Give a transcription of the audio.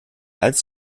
als